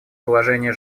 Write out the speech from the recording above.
положение